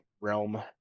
realm